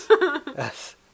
Yes